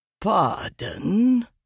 Pardon